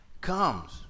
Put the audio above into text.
comes